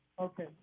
Okay